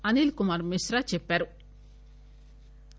అనిల్ కుమార్ మిశ్రా చెప్పారు